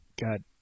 God